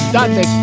Dante